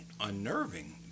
unnerving